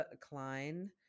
klein